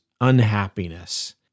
unhappiness